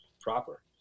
proper